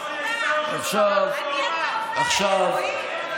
אין חוקה,